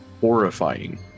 horrifying